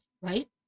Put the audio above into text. right